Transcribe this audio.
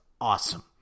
awesome